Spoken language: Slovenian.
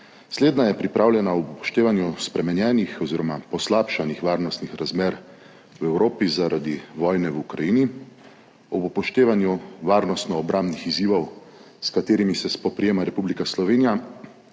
Slednja je pripravljena ob upoštevanju spremenjenih oziroma poslabšanih varnostnih razmer v Evropi zaradi vojne v Ukrajini, ob upoštevanju varnostno obrambnih izzivov, s katerimi se spoprijema Republika Slovenija,